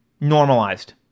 normalized